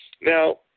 Now